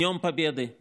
(אומר דברים ברוסית.)